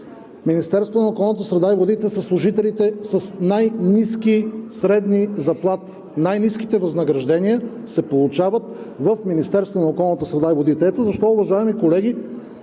Министерството на околната среда и водите, са служителите с най-ниски средни заплати. Най-ниските възнаграждения се получават в Министерството на околната среда и водите. Ето защо, уважаеми колеги,